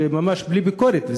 זה ממש בלי ביקורת,